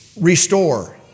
restore